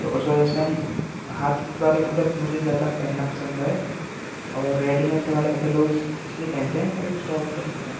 तो उस वजह से हम हाथ वाले कपड़े मुझे ज़्यादा पहनना पसंद है और रेडीमेड वाले कपड़े लोग इस इसलिए पहनते हैं ताकि वो सो ऑफ़ कर सकें